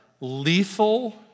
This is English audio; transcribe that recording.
lethal